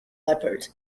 leppard